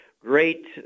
great